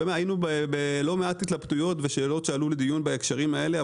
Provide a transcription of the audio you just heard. היינו בלא מעט התלבטויות ושאלות שעלו לדיון בהקשרים האלה.